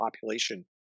population